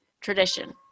Tradition